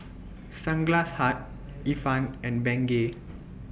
Sunglass Hut Ifan and Bengay